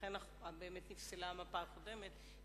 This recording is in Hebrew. ולכן באמת נפסלה המפה הקודמת,